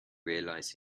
realise